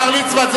השר ליצמן,